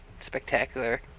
spectacular